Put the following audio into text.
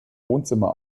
wohnzimmer